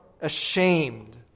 ashamed